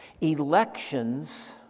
elections